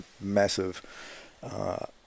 massive